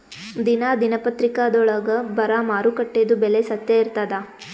ದಿನಾ ದಿನಪತ್ರಿಕಾದೊಳಾಗ ಬರಾ ಮಾರುಕಟ್ಟೆದು ಬೆಲೆ ಸತ್ಯ ಇರ್ತಾದಾ?